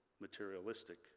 materialistic